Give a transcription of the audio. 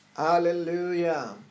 Hallelujah